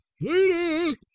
Later